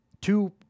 two